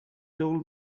told